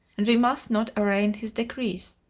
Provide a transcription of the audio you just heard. and we must not arraign his decrees.